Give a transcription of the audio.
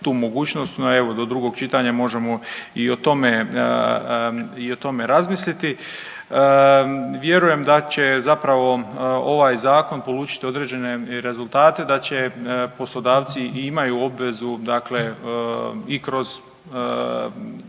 tu mogućnost, no evo do drugog čitanja možemo i o tome, i o tome razmisliti. Vjerujem da će zapravo ovaj zakon polučiti određene rezultate da će, poslodavci i imaju obvezu dakle i kroz